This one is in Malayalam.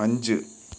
അഞ്ച്